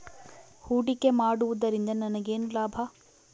ಹೂಡಿಕೆ ಮಾಡುವುದರಿಂದ ನನಗೇನು ಲಾಭ?